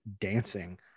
dancing